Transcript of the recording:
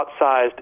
outsized